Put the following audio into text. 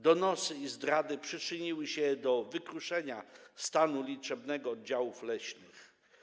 Donosy i zdrady przyczyniły się do wykruszenia stanu liczebnego oddziałów leśnych.